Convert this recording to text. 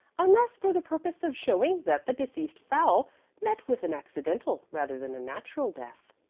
unless for the purpose of showing that the deceased fowl met with an accidental rather than a natural death.